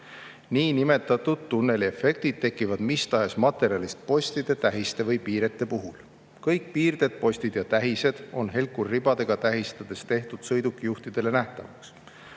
Niinimetatud tunneliefektid tekivad mis tahes materjalist postide, tähiste või piirete puhul. Kõik piirded, postid ja tähised on helkurribadega tähistades tehtud sõidukijuhtidele nähtavaks.